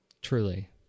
Truly